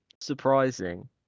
surprising